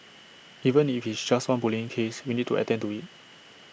even if it's just one bullying case we need to attend to IT